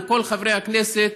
לכל חברי הכנסת,